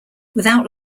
without